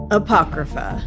apocrypha